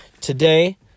today